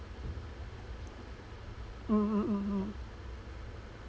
mm mm mm mm